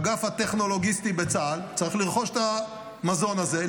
האגף הטכנולוגיסטי בצה"ל צריך לרכוש את המזון הזה,